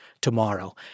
tomorrow